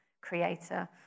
creator